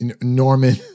Norman